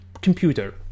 computer